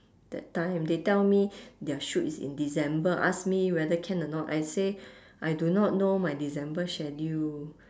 that time they tell me their shoot is in december ask me whether can or not I say I do not know my december schedule